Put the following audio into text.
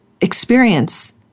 experience